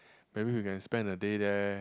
maybe we can spend a day there